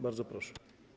Bardzo proszę.